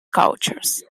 cultures